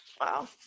Wow